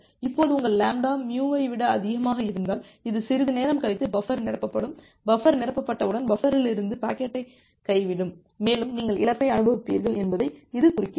இப்போது உங்கள் λ μ ஐ விட அதிகமாக இருந்தால் இது சிறிது நேரம் கழித்து பஃபர் நிரப்பப்படும் பஃபர் நிரப்பப்பட்டவுடன் பஃபரிலிருந்து பாக்கெட்டை கைவிடும் மேலும் நீங்கள் இழப்பை அனுபவிப்பீர்கள் என்பதை இது குறிக்கிறது